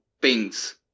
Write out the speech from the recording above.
pings